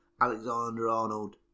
Alexander-Arnold